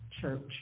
church